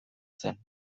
zen